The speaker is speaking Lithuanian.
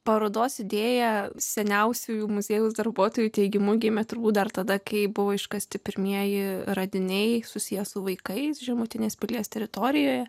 parodos idėja seniausiųjų muziejaus darbuotojų teigimu gimė turbūt dar tada kai buvo iškasti pirmieji radiniai susiję su vaikais žemutinės pilies teritorijoje